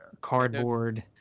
cardboard